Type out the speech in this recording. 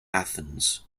athens